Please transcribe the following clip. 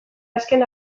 azken